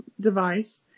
device